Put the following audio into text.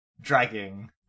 dragging